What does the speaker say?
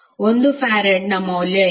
1 ಫರಾಡ್ನ ಮೌಲ್ಯ ಏನು